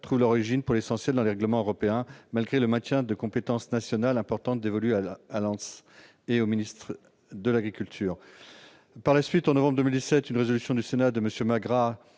trouvent leur origine pour l'essentiel dans des règlements européens, malgré le maintien de compétences nationales importantes dévolues à l'ANSES et au ministre de l`agriculture ». Par la suite, en novembre 2016, une résolution du Sénat de M. Magras,